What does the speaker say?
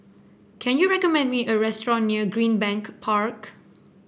can you recommend me a restaurant near Greenbank Park